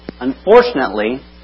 Unfortunately